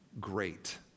great